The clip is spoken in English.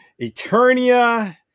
Eternia